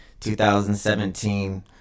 2017